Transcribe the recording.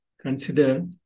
consider